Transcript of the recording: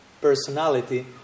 personality